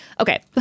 okay